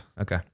Okay